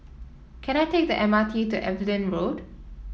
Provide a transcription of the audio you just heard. can I take the M R T to Evelyn Road